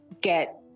get